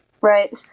Right